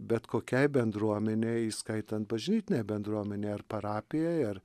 bet kokiai bendruomenei įskaitant bažnytinę bendruomenę ar parapijoj ar